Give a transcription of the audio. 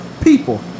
people